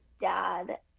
dad